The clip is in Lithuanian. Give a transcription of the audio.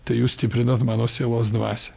tai jūs stiprinat mano sielos dvasią